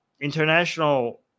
international